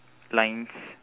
lines